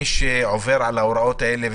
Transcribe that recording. מי שעובר על ההוראות האלה,